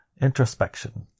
introspection